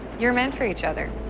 you're meant for each other.